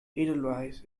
edelweiss